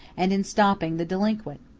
and in stopping the delinquent.